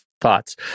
Thoughts